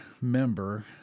member